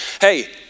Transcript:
hey